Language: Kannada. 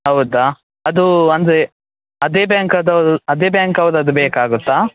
ಹೌದಾ ಅದು ಅಂದರೆ ಅದೆ ಬ್ಯಾಂಕದ್ದು ಅದೆ ಬ್ಯಾಂಕ್ ಅವ್ರದ್ದು ಬೇಕಾಗುತ್ತಾ